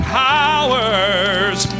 powers